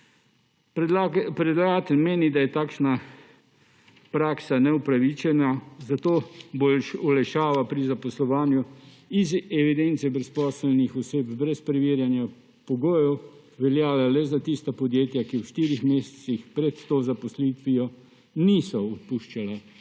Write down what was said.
Predlagatelj meni, da je takšna praksa neupravičena, zato bo olajšava pri zaposlovanju iz evidence brezposelnih oseb brez preverjanja pogojev veljala le za tista podjetja, ki v štirih mesecih pred to zaposlitvijo niso odpuščala